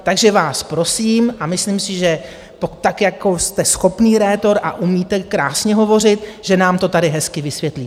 Takže vás prosím, a myslím si, že tak jako jste schopný rétor a umíte i krásně hovořit, že nám to tady hezky vysvětlíte.